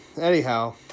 anyhow